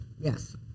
Yes